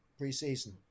pre-season